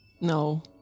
No